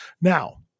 Now